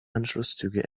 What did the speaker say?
anschlusszüge